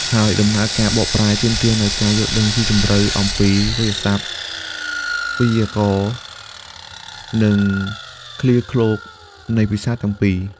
ហើយដំណើរការបកប្រែទាមទារនូវការយល់ដឹងស៊ីជម្រៅអំពីវាក្យសព្ទ វេយ្យាករណ៍ និងឃ្លាឃ្លោងនៃភាសាទាំងពីរ។